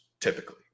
typically